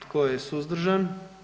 Tko je suzdržan?